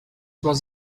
was